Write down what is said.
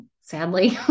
sadly